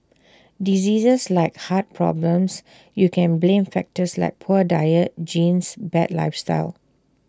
diseases like heart problems you can blame factors like poor diet genes bad lifestyle